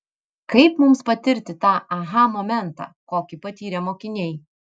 kaip mums patirti tą aha momentą kokį patyrė mokiniai